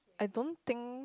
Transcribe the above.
I don't think